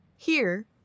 Here